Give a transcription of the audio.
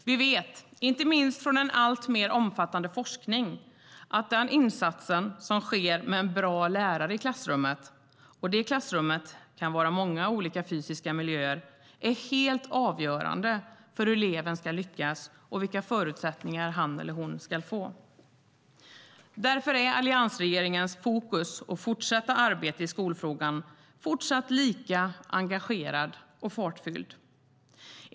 Vi vet, inte minst från en alltmer omfattande forskning, att den insats som sker med en bra lärare i klassrummet - och det klassrummet kan vara många olika fysiska miljöer - är helt avgörande för hur eleven ska lyckas och vilka förutsättningar han eller hon ska få. Därför är alliansregeringen i sitt fokus och i sitt arbete i skolfrågan fortsatt lika engagerad och fartfylld.